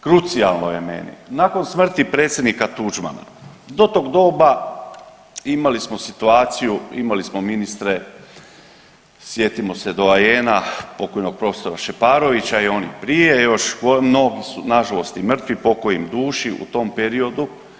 Krucijalno je meni, nakon smrti predsjednika Tuđmana do tog doba imali smo situaciju, imali smo ministre sjetimo se doajena pokojnog profesora Šeparovića i onih prije još, mnogi su nažalost i mrtvi, pokoj im duši u tom periodu.